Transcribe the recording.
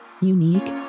unique